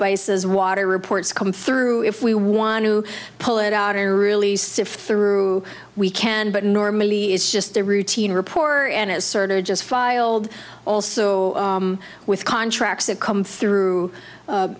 baez says water reports come through if we want to pull it out or really sift through we can but normally it's just a routine reporter and it's sort of just filed also with contracts that come through